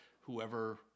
whoever